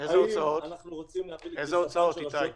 האם אנחנו רוצים להביא לקריסתן של רשויות